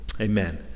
amen